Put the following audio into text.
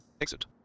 Exit